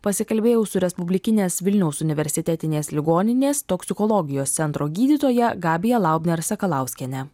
pasikalbėjau su respublikinės vilniaus universitetinės ligoninės toksikologijos centro gydytoja gabija laubner sakalauskiene